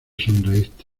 sonreíste